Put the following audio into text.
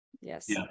Yes